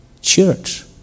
church